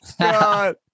God